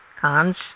cons